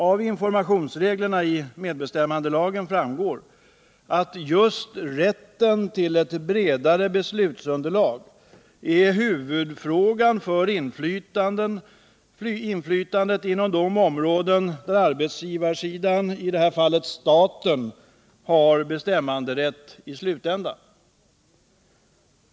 Av informationsreglerna i medbestämmandelagen framgår att just rätten till ett bredare beslutsunderlag är huvudfrågan för inflytandet inom de områden där arbetsgivarsidan, i det här fallet staten, har bestämmanderätt i slutändan.